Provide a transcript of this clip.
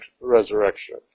resurrection